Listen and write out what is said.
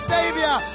Savior